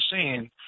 seeing